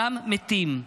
גם מתים.